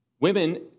Women